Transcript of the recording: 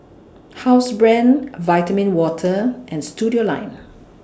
Housebrand Vitamin Water and Studioline